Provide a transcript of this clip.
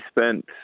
spent